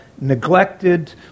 neglected